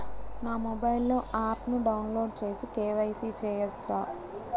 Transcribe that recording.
నా మొబైల్లో ఆప్ను డౌన్లోడ్ చేసి కే.వై.సి చేయచ్చా?